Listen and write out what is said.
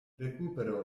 recupero